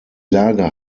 lage